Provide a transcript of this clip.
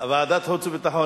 ועדת חוץ וביטחון.